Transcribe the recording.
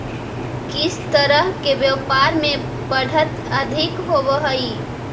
किस तरह के व्यापार में बढ़त अधिक होवअ हई